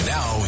Now